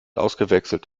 ausgewechselt